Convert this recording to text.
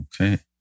Okay